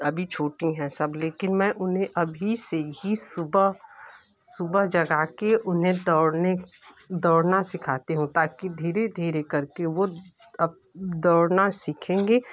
अभी छोटी हैं सब लेकिन मैं उन्हें अभी से ही सुबह सुबह जगा के उन्हें दौड़ने दौड़ना सिखाती हूँ ताकि धीरे धीरे करके वो अब दौड़ना सीखेंगे